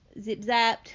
zip-zapped